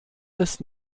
des